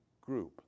group